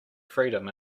freedom